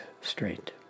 straight